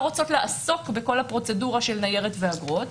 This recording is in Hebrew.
רוצות לעסוק בכל הפרוצדורה של ניירת ואגרות,